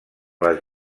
les